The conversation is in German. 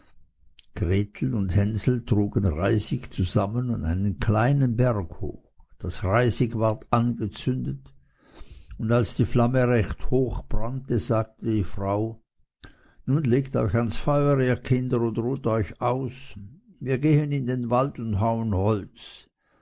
hänsel und gretel trugen reisig zusammen einen kleinen berg hoch das reisig ward angezündet und als die flamme recht hoch brannte sagte die frau nun legt euch ans feuer ihr kinder und ruht euch aus wir gehen in den wald und hauen holz